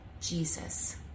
jesus